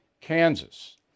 Kansas